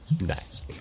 Nice